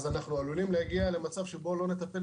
אנחנו עלולים להגיע למצב שבו לא נטפל